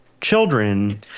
children